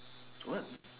what